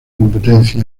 competencia